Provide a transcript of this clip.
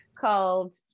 called